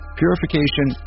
purification